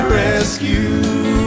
rescue